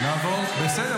בסדר.